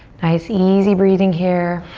nice easy breathing here.